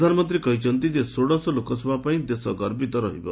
ପ୍ରଧାନମନ୍ତ୍ରୀ କହିଛନ୍ତି ଯେ ଷୋଡ଼ଶ ଲୋକସଭା ପାଇଁ ଦେଶ ଗର୍ବିତ ରହିବ